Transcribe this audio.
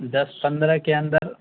دس پندرہ کے اندر